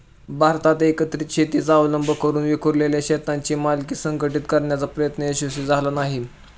भारतात एकत्रित शेतीचा अवलंब करून विखुरलेल्या शेतांची मालकी संघटित करण्याचा प्रयत्न यशस्वी झाला नाही